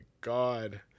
god